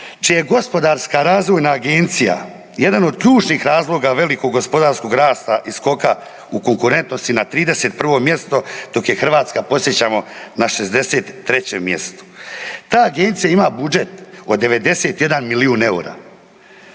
čija je Gospodarska razvojna agencija jedan od ključnih razloga velikog gospodarskog rasta i skoka u konkurentnosti na 31. mjesto, dok je Hrvatska podsjećamo na 63. mjestu. Ta agencija ima budžet od 91 milijun eura.